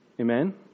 Amen